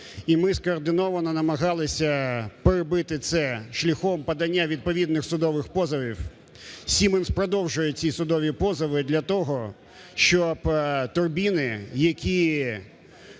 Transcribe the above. і ми скоординовано намагалися перебити це шляхом подання відповідних судових позовів. Siemens продовжує ці судові позови для того, щоб турбіни, які